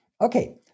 Okay